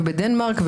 בדנמרק,